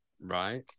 Right